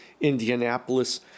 Indianapolis